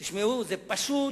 תשמעו, זה פשוט